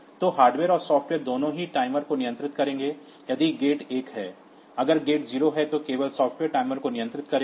तो हार्डवेयर और सॉफ्टवेयर दोनों ही टाइमर को नियंत्रित करेंगे यदि गेट एक है अगर गेट 0 है तो केवल सॉफ्टवेयर टाइमर को नियंत्रित करेगा